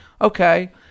okay